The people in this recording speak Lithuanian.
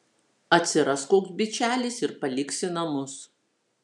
atsiras koks bičelis ir paliksi namus